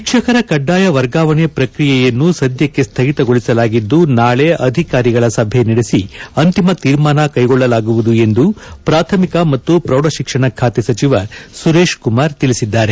ಶಿಕ್ಷಕರ ಕಡ್ಡಾಯ ವರ್ಗಾವಣೆ ಪ್ರಕ್ರಿಯೆಯನ್ನು ಸದ್ದಕ್ಷೆ ಸ್ಥಗಿತಗೊಳಿಸಲಾಗಿದ್ದು ನಾಳೆ ಅಧಿಕಾರಿಗಳ ಸಭೆ ನಡೆಸಿ ಅಂತಿಮ ತೀರ್ಮಾನ ಕೈಗೊಳ್ಳಲಾಗುವುದು ಎಂದು ಪ್ರಾಥಮಿಕ ಮತ್ತು ಪ್ರೌಢ ಶಿಕ್ಷಣ ಖಾತೆ ಸಚಿವ ಸುರೇಶ್ ಕುಮಾರ್ ತಿಳಿಸಿದ್ದಾರೆ